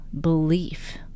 belief